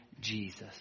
Jesus